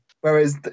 Whereas